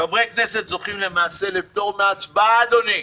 חברי כנסת זוכים למעשה לפטור מהצבעה, אדוני.